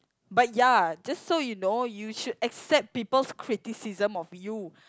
but ya just so you know you should accept people's criticism of you